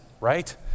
right